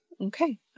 okay